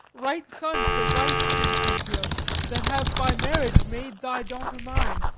right son to the right vincentio that have by marriage made thy daughter mine,